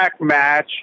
match